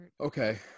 Okay